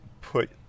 put